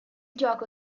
gioco